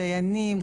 דיינים,